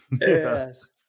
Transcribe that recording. Yes